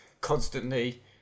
constantly